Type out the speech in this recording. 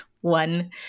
one